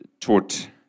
taught